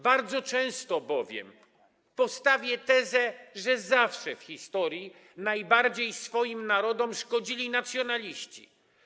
Bardzo często bowiem, a nawet postawię tezę, że zawsze, w historii najbardziej swoim narodom szkodzili nacjonaliści.